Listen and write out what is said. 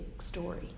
story